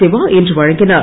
சிவா இன்று வழங்கினார்